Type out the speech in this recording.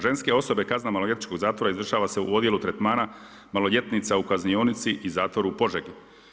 Ženske osobe kazna maloljetničkog zatvora izvršava se u Odjelu tretmana maloljetnica u kaznionici i zatvoru u Požegi.